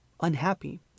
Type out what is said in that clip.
unhappy